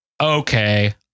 okay